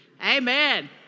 Amen